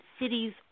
cities